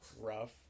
rough